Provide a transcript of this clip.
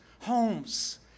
homes